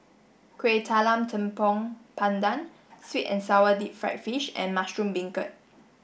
Kuih Talam Tepong Pandan sweet and sour deep fried fish and mushroom beancurd